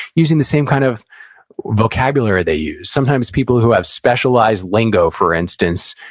using the same kind of vocabulary they use. sometimes, people who have specialized lingo, for instance,